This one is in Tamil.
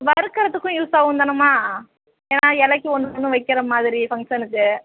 வறுக்கிறதுக்கும் யூஸ் ஆகும் தானேம்மா ஏன்னா இலைக்கு ஒன்று ஒன்று வைக்கிற மாதிரி ஃபங்க்ஷனுக்கு